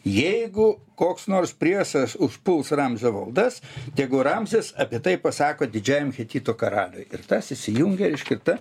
jeigu koks nors priesas užpuls ramzio valdas tegu ramzis apie tai pasako didžiajam hetitų karaliui ir tas įsijungia reiškia ta